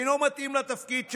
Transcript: אינו מתאים לתפקיד שלו.